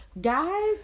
Guys